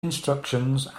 instructions